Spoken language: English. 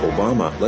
Obama